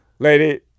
lady